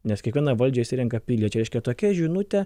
nes kiekvieną valdžią išsirenka piliečiai reiškia tokia žinutė